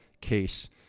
Case